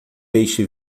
peixe